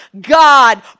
God